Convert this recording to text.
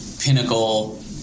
pinnacle